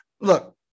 look